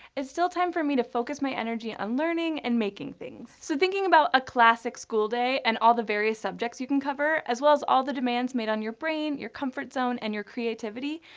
it's still a time for me to focus my energy on learning and making things. so thinking about a classic school day, and all the various subjects you can cover, as well as all the demands made on your brain, your comfort zone, and your creativity,